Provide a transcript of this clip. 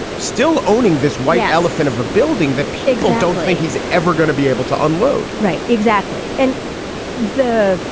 still owning this white elephant of a building that pigs don't think he's ever going to be able to unload right. exactly. and the.